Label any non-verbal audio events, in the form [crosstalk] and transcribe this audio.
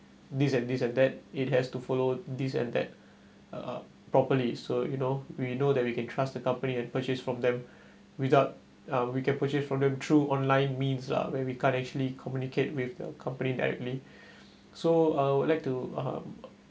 these and these and that it has to follow this and that uh properly so you know we know that we can trust the company and purchase from them [breath] without uh we can purchase from them through online means lah when we can't actually communicate with the company directly [breath] so uh I would like to um